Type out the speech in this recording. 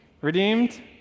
Redeemed